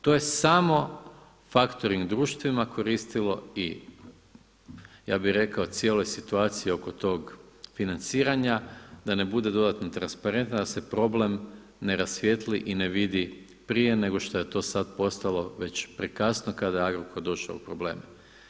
To je samo faktoring društvima koristilo i ja bih rekao cijeloj situaciji oko tog financiranja da ne bude dovoljno transparentan da se problem ne rasvijetli i ne vidi prije nego što je to sada već postalo prekasno kada je Agrokor došao u problem.